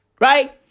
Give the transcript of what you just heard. Right